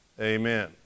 Amen